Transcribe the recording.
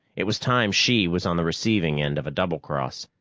it was time she was on the receiving end of a double cross.